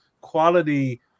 quality